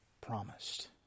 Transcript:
promised